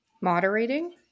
moderating